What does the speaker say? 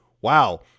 wow